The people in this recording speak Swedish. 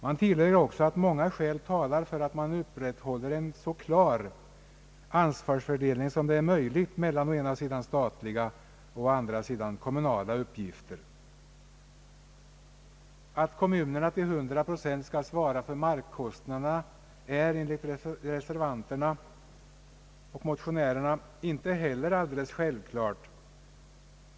Man tillägger att många skäl talar för att en så klar ansvarsfördelning som möjligt upprätthålls mellan å ena sidan statliga och å andra sidan kommunala uppgifter. Att kommunerna till 100 procent skall svara för markkostnaderna är enligt reservanterna och motionärerna inte heller alldeles självklart.